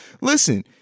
Listen